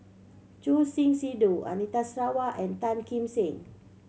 Choor Singh Sidhu Anita Sarawak and Tan Kim Seng